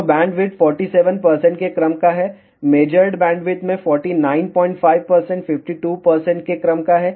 तो बैंडविड्थ 47 के क्रम का है मेजर्ड बैंडविड्थ में 495 52 के क्रम का है